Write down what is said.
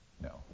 No